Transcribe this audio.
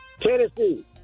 Tennessee